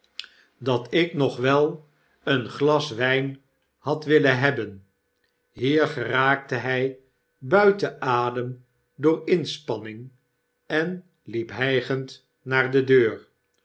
dat iknog wel een glas wijn had willen hebben hier geraakte hij buiten adem door de inspanning en liep hijgend naar de deur